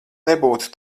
nebūtu